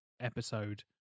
episode